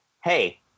hey